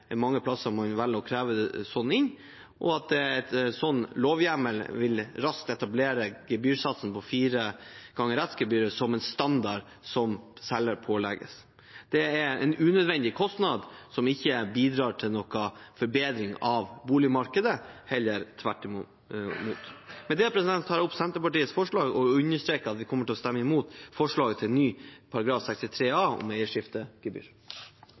inn, og at en sånn lovhjemmel raskt vil etablere gebyrsatsen på fire ganger rettsgebyret som en standard som selger pålegges. Det er en unødvendig kostnad som ikke bidrar til noen forbedring av boligmarkedet, heller tvert imot. Med det tar jeg opp Senterpartiets forslag og understreker at vi kommer til å stemme imot forslaget til ny § 63 a om eierskiftegebyr.